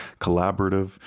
collaborative